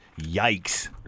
Yikes